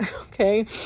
okay